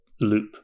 loop